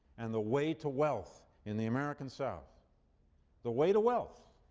and the way to wealth in the american south the way to wealth,